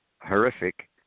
horrific